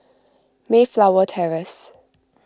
Mayflower Terrace